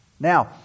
Now